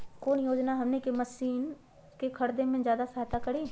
कौन योजना हमनी के मशीन के खरीद में ज्यादा सहायता करी?